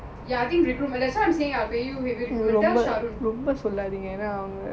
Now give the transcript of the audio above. ya I think recruitment that's what I'm saying I'll pay you